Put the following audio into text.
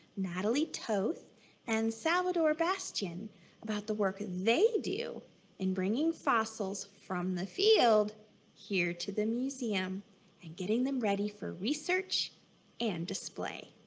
natalie toth and salvador bastion about the work they do in bringing fossils from the field here to the museum and getting them ready for research and display.